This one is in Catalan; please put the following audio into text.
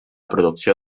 producció